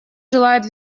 желает